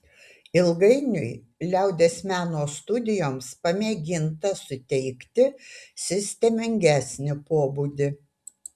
ilgainiui liaudies meno studijoms pamėginta suteikti sistemingesnį pobūdį